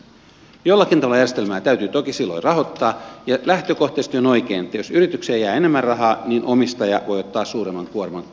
jollakin tavalla järjestelmää täytyy toki silloin rahoittaa ja lähtökohtaisesti on oikein että jos yritykseen jää enemmän rahaa niin omistaja voi ottaa suuremman kuorman kantaakseen